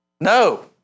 no